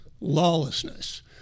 lawlessness